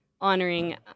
honoring